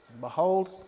behold